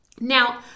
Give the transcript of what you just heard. Now